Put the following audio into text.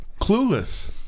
Clueless